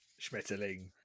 Schmetterling